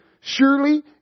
Surely